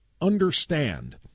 understand